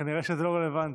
כנראה שזה לא רלוונטי.